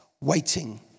waiting